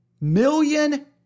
million